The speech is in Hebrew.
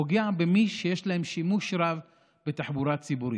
פוגעות במי שיש להם שימוש רב בתחבורה ציבורית.